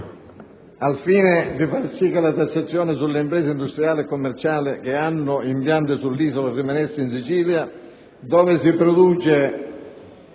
Al fine di far sì che la tassazione sulle imprese industriali e commerciali che hanno impianti sull'Isola rimanesse in Sicilia, dove si produce